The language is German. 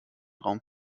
raum